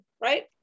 right